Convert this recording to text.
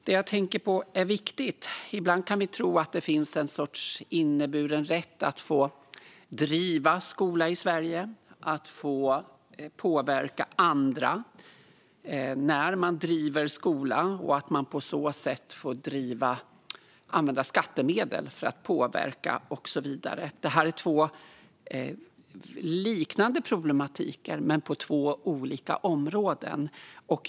Det jag tänker på som är viktigt är att vi ibland kan tro att det finns en sorts inneburen rätt att få driva skola i Sverige och att få påverka andra när man driver skola och att man på så sätt får använda skattemedel för att påverka och så vidare. Det här är två liknande sorters problematik men på två olika områden.